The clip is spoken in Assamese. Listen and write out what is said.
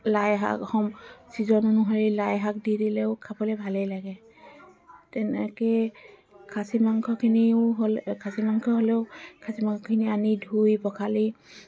লাইশাক চিজন অনুসৰি লাইশাক দি দিলেও খাবলৈ ভালেই লাগে তেনেকেই খাছী মাংসখিনিও হ' খাছী মাংস হ'লেও খাছী মাংসখিনি আনি ধুই পখালি